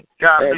God